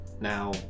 now